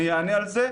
אני אענה על זה,